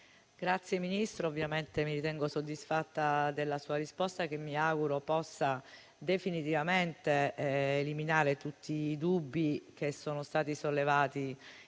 la ringrazio. Ovviamente mi ritengo soddisfatta della sua risposta, che mi auguro possa definitivamente eliminare tutti i dubbi che sono stati sollevati